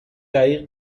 دقیق